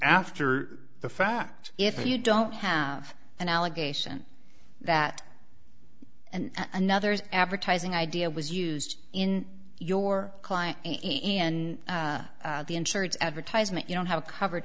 after the fact if you don't have an allegation that and another's advertising idea was used in your client and the insurance advertisement you don't have covered